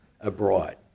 abroad